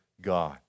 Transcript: God